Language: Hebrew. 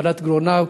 ועדת גרונאו,